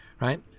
Right